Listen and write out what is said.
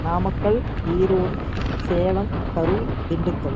Namakkal Erode Salem Karur Dindigul